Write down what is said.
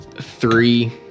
three